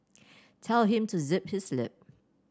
tell him to zip his lip